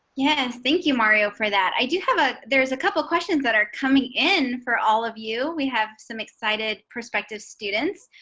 yeah. yes. and thank you mario for that. i do have a there's a couple questions that are coming in for all of you. we have some excited prospective students.